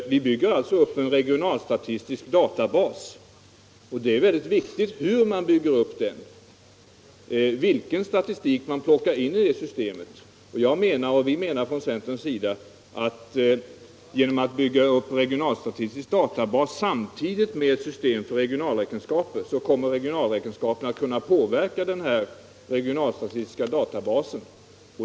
Vi bygger upp en regionalstatistisk databas. Då är det väldigt viktigt hur man bygger upp den och vilken statistik man plockar in i det systemet. Vi menar från centerns sida att genom att bygga upp en regionalstatistisk databas samtidigt med ett system för regionalräkenskaper, så kommer regionalräkenskaperna att kunna påverka den regionalstatistiska databasen.